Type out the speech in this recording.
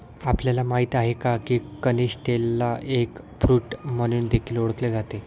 आपल्याला माहित आहे का? की कनिस्टेलला एग फ्रूट म्हणून देखील ओळखले जाते